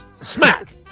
Smack